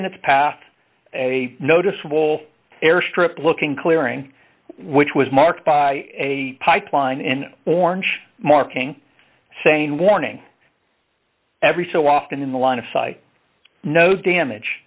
in its path a noticeable air strip looking clearing which was marked by a pipeline in orange marking saying warning every so often in the line of sight no damage